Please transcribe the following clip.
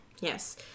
Yes